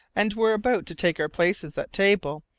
and were about to take our places at table,